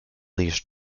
leash